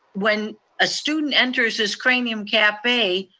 when a student enters this cranium cafe,